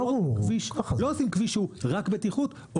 לא עושים כביש שהוא רק בטיחות,